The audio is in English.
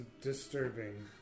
disturbing